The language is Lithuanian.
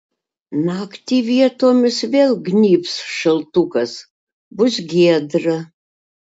naktį vietomis vėl gnybs šaltukas bus giedra